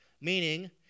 meaning